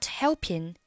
helping